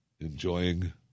enjoying